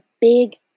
big